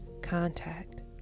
contact